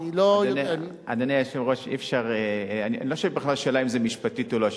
אני לא חושב שהשאלה היא משפטית או לא,